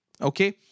Okay